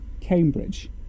Cambridge